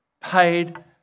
paid